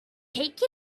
take